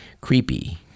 creepy